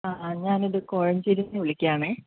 ആ ഞാനിത് കോഴഞ്ചേരിയിൽനിന്ന് വിളിക്കുകയാണെ